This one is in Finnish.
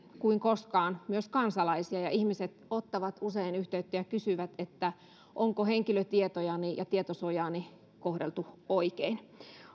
kuin koskaan myös kansalaisia ja ihmiset ottavat usein yhteyttä ja kysyvät että onko henkilötietojani ja tietosuojaani kohdeltu oikein